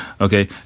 okay